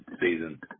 season